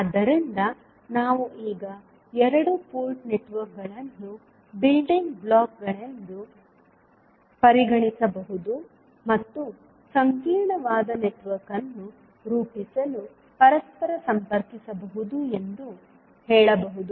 ಆದ್ದರಿಂದ ನಾವು ಈಗ ಎರಡು ಪೋರ್ಟ್ ನೆಟ್ವರ್ಕ್ಗಳನ್ನು ಬಿಲ್ಡಿಂಗ್ ಬ್ಲಾಕ್ಗಳೆಂದು ಪರಿಗಣಿಸಬಹುದು ಮತ್ತು ಸಂಕೀರ್ಣವಾದ ನೆಟ್ವರ್ಕ್ ಅನ್ನು ರೂಪಿಸಲು ಪರಸ್ಪರ ಸಂಪರ್ಕಿಸಬಹುದು ಎಂದು ಹೇಳಬಹುದು